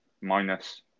minus